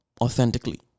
authentically